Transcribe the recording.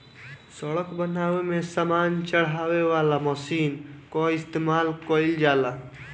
सड़क बनावे में सामान चढ़ावे वाला मशीन कअ इस्तेमाल कइल जाला